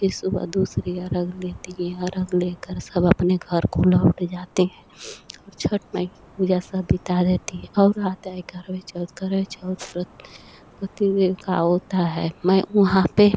फिर सुबह दूसरी अर्घ लेती हैं अर्घ लेकर सब अपने घर को लौट जाते हैं और छठ माई की पूजा सब बिता रहती है और आता है करवे चौथ करवे चौथ व्रत पति देव का होता है मैं वहाँ पर